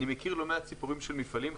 אני מכיר לא מעט סיפורים של מפעלים,